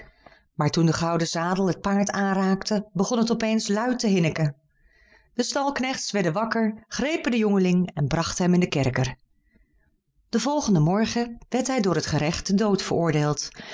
maar toen de gouden zadel het paard aanraakte begon het op eens luide te hinneken de stalknechts werden wakker grepen den jongeling en brachten hem in den kerker den volgenden morgen werd hij door het gerecht ter dood veroordeeld